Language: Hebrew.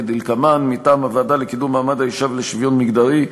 כדלקמן: מטעם הוועדה לקידום מעמד האישה ולשוויון מגדרי,